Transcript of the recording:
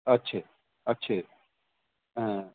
ਅੱਛਾ ਅੱਛਾ